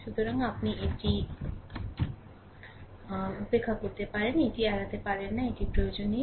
সুতরাং আপনি এটি উপেক্ষা করতে পারেন এটি এড়াতে পারবেন না এটির প্রয়োজন নেই